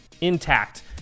intact